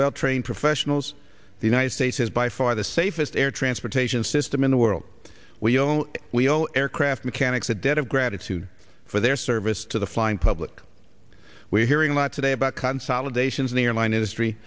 well trained professionals the united states is by far the safest air transportation system in the world we don't we owe aircraft mechanics a debt of gratitude for their service to the flying public we are hearing a lot today about consolidation in the airline industry